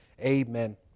Amen